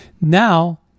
Now